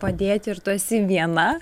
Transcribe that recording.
padėti ir tu esi viena